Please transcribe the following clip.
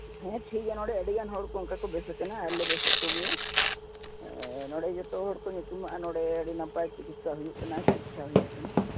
ᱦᱮᱸ ᱴᱷᱤᱠᱜᱮᱭᱟ ᱱᱚᱰᱮ ᱟᱹᱰᱤᱜᱟᱱ ᱦᱚᱲᱠᱚ ᱚᱱᱠᱟᱠᱚ ᱵᱮᱥ ᱟᱠᱟᱱᱟ ᱟᱨᱞᱮ ᱵᱮᱥᱮᱫ ᱠᱚᱜᱮᱭᱟ ᱱᱚᱰᱮ ᱡᱚᱛᱚ ᱦᱚᱲᱠᱚ ᱧᱩᱛᱩᱢᱟᱜᱼᱟ ᱱᱚᱰᱮ ᱟᱹᱰᱤ ᱱᱟᱯᱟᱭ ᱪᱤᱠᱤᱥᱥᱟ ᱦᱩᱭᱩᱜ ᱠᱟᱱᱟ ᱟᱛᱤᱪᱪᱷᱟ ᱦᱩᱭᱩᱜ ᱠᱟᱱᱟ